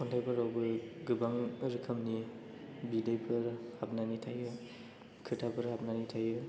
खन्थायफोरावबो गोबां रोखोमनि बिदैफोर हाबनानै थायो खोथाफोर हाबनानै थायो